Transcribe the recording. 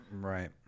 Right